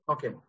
Okay